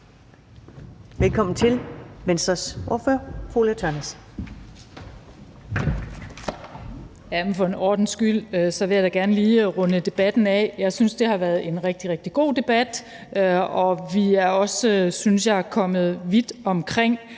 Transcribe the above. (Ordfører for forespørgerne) Ulla Tørnæs (V): For en god ordens skyld vil jeg da gerne lige runde debatten af. Jeg synes, det har været en rigtig, rigtig god debat, og vi er også, synes jeg, kommet vidt omkring.